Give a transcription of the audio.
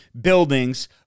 buildings